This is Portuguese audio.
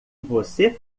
você